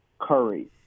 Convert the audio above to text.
Curry